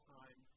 time